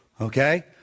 Okay